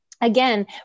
again